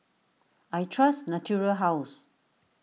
I trust Natura House